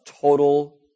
total